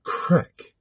Crack